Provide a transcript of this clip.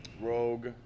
Rogue